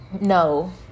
No